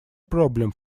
problem